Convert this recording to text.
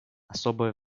особое